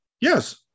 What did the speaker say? yes